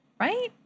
Right